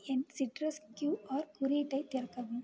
என் சிட்ரஸ் கியூஆர் குறியீட்டை திறக்கவும்